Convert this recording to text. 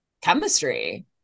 chemistry